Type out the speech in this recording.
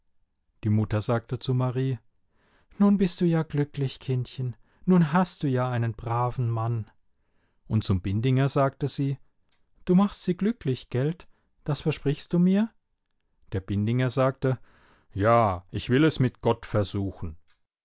die mutter sagte zu marie nun bist du ja glücklich kindchen nun hast du ja einen braven mann und zum bindinger sagte sie du machst sie glücklich gelt das versprichst du mir der bindinger sagte ja ich will es mit gott versuchen